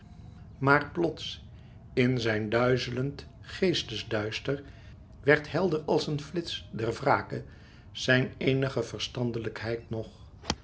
maar plots in zijn duizelend geestesduister werd helder als een flits der wrake zijn eenige verstandelijkheid nog